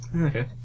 Okay